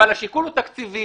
אבל השיקול הוא תקציבי,